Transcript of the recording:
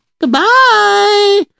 Goodbye